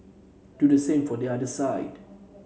do the same for the other side